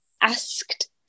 asked